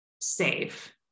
safe